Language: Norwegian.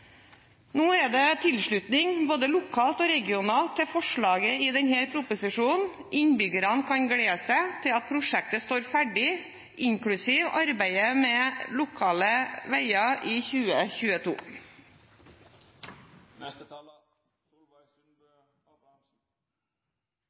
Nå er det tilslutning både lokalt og regionalt til forslaget i denne proposisjonen. Innbyggerne kan glede seg til at prosjektet, inklusiv arbeidet med lokale veier, står ferdig i 2022.